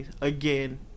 again